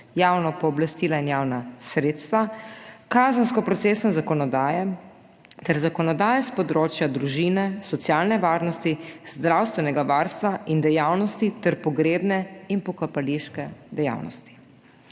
javna pooblastila in javna sredstva, kazensko procesne zakonodaje ter zakonodaje s področja družine, socialne varnosti, zdravstvenega varstva in dejavnosti ter pogrebne in pokopališke dejavnosti.